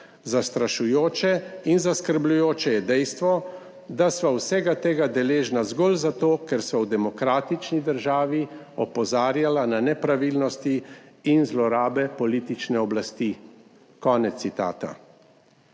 Zastrašujoče in zaskrbljujoče je dejstvo, da sva vsega tega deležna zgolj zato, ker sva v demokratični državi opozarjala na nepravilnosti in zlorabe politične oblasti". Kako naj